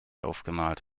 aufgemalt